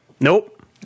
Nope